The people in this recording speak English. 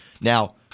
Now